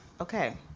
okay